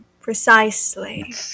Precisely